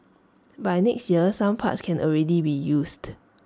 by next year some parts can already be used